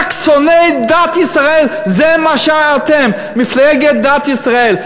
רק שונאי דת ישראל, זה מה שאתם, מפלגת דת ישראל.